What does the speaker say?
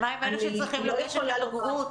מה עם אלה שצריכים לגשת לבגרויות?